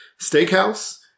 steakhouse